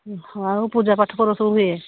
ଆଉ ପୂଜା ପାଠ କର ସବୁ ହୁଏ